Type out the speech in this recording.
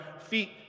feet